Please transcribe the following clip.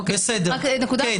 ויכוח.